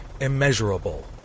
immeasurable